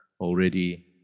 Already